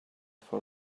for